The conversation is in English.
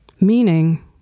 meaning